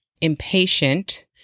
impatient